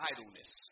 idleness